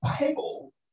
Bible